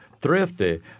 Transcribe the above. thrifty